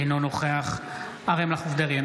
אינו נוכח אריה מכלוף דרעי,